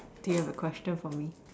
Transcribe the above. do you have a question for me